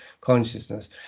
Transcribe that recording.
consciousness